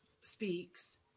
Speaks